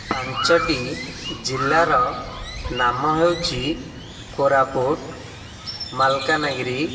ପାଞ୍ଚଟି ଜିଲ୍ଲାର ନାମ ହେଉଛି କୋରାପୁଟ ମାଲକାନାଗିରି